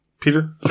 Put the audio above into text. Peter